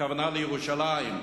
הכוונה לירושלים.